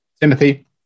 Timothy